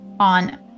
on